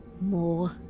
more